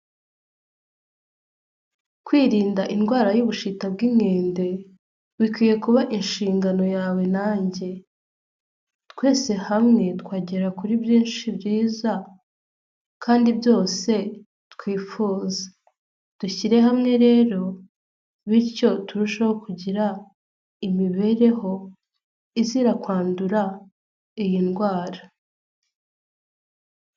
Kwirinda indwara y'ubushita bw'inkende bikwiye kuba inshingano yawe nanjye, twese hamwe twagera kuri byinshi byiza kandi byose twifuza, dushyire hamwe rero bityo turusheho kugira imibereho izira kwandura iyi ndwara.